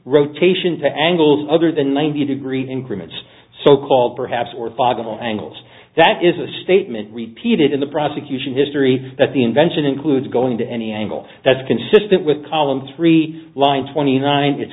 rotation to angles other than ninety degrees increment so called perhaps orthogonal angles that is a statement repeated in the prosecution history that the invention includes going to any angle that's consistent with column three line twenty nine it's